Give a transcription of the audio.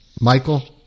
Michael